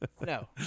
No